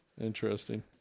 Interesting